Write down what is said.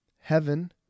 Heaven